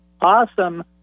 awesome